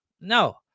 no